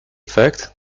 fact